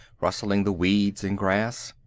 rustling the weeds and grass.